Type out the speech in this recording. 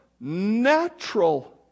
natural